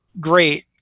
great